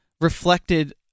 reflected